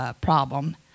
problem